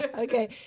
Okay